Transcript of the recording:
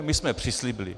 My jsme přislíbili.